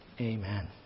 Amen